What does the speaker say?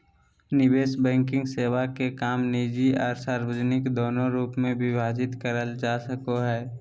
निवेश बैंकिंग सेवा के काम निजी आर सार्वजनिक दोनों रूप मे विभाजित करल जा सको हय